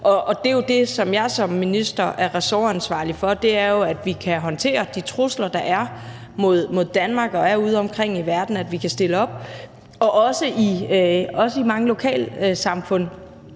Det er jo det, som jeg som minister er ressortansvarlig for, nemlig at vi kan håndtere de trusler, der er, mod Danmark, og som er udeomkring i verden, altså at vi kan stille op, så vi også i mange lokalsamfund